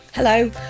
Hello